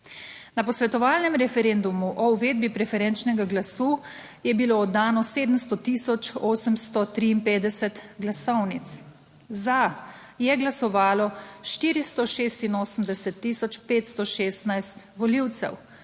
Na posvetovalnem referendumu o uvedbi preferenčnega glasu je bilo oddano 700853 glasovnic. Za je glasovalo 486516 volivcev